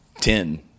ten